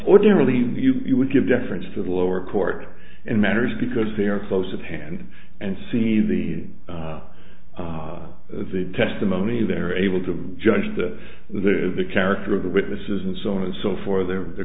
ordinarily you would give deference to the lower court in matters because they are close at hand and see the of the testimony they're able to judge that the character of the witnesses and so on and so for the